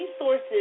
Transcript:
resources